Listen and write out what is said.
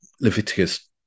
Leviticus